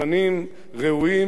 שמשרתים את המטרות שלו